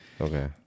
Okay